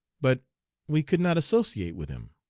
but we could not associate with him.